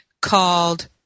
called